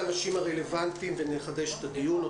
אני מחדש את הישיבה.